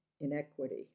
inequity